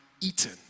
eaten